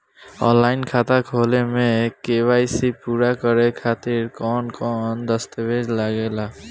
Online खाता खोले में के.वाइ.सी पूरा करे खातिर कवन कवन दस्तावेज लागे ला?